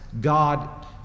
God